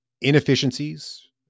inefficiencies